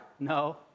No